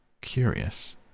curious